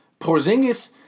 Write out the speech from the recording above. Porzingis